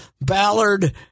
Ballard